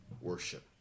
worship